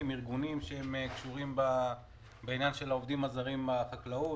ומארגונים שקשורים בעניין העובדים הזרים בחקלאות.